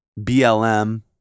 BLM